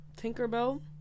tinkerbell